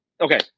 okay